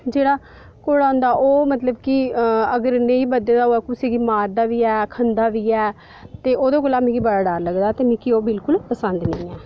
ते जेह्ड़ा घोड़ा हुदा जेकर बद्धे दा नेईं होऐ तां कुसै गी लतै दा मारदा ते खंदा बी ऐ इस आस्तै एह् मिगी बिल्कुल बी पसन्द नेईं ऐ